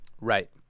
Right